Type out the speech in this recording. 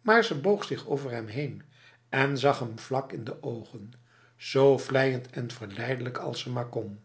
maar ze boog zich over hem heen en zag hem vlak in de ogen zo vleiend en verleidelijk als ze maar kon